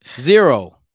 Zero